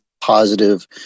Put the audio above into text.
positive